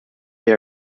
they